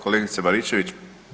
kolegice Baričević.